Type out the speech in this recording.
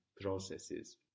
processes